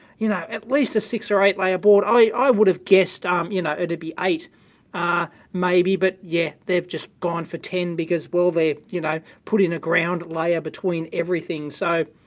you know, at least a six or eight layer board i would have guessed um you know it'd be eight maybe, but yeah, they've just gone for ten because well, they, you know, put in a ground layer between everything. so,